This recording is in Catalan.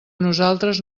nosaltres